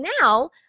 now